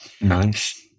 Nice